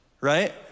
right